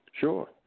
Sure